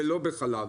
ולא בחלב.